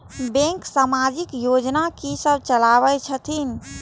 Bank समाजिक योजना की सब चलावै छथिन?